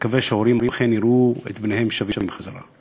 ונקווה שההורים אכן יראו את בניהם שבים הביתה.